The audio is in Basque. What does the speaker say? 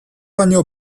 baino